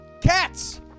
Cats